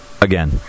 again